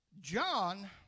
John